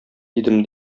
идем